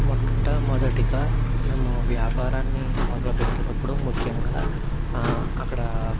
మొట్టమొదటిగా మేము వ్యాపారాన్ని మొదలుపెట్టేటప్పుడు ముఖ్యంగా అక్కడ